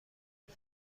این